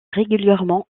régulièrement